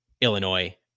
Illinois